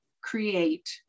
create